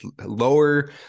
lower